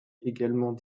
également